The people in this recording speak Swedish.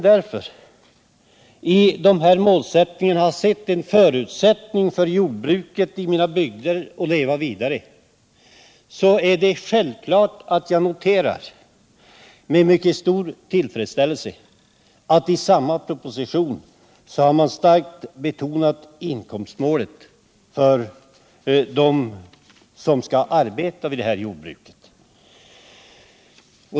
Då jag i de mål som anges i propositionen ser en förutsättning för att jordbruket i mina bygder skall kunna leva vidare, är det självklart att jag också med mycket stor tillfredsställelse noterar att man i samma proposition starkt betonat inkomstmålet när det gäller dem som skall arbeta inom jordbruket.